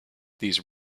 these